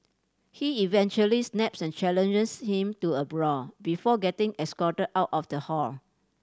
he eventually snaps and challenges him to a brawl before getting escorted out of the hall